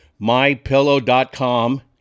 mypillow.com